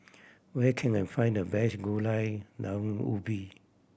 where can I find the best Gulai Daun Ubi